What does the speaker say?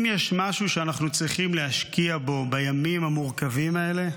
אם יש משהו שאנחנו צריכים להשקיע בו בימים המורכבים האלה,